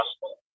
possible